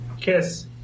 Kiss